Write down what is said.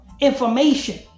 information